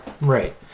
Right